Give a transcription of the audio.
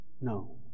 No